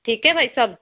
ਠੀਕ ਹੈ ਭਾਈ ਸਾਹਿਬ